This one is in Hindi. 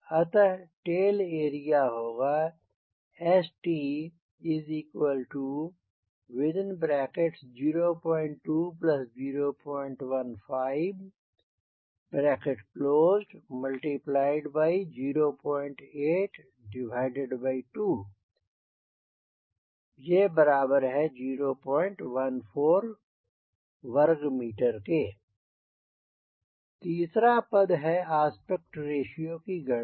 अतः टेल एरिया होगा St02015082014m2 तीसरा पद है आस्पेक्ट रेश्यो की गणना